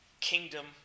kingdom